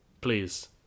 Please